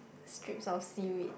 strips of seaweed